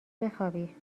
بخوابی